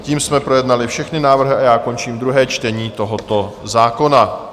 Tím jsme projednali všechny návrhy a já končím druhé čtení tohoto zákona.